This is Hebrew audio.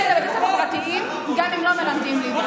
ועל הפרטיים, גם אם לא מלמדים בעברית.